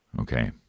Okay